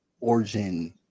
origin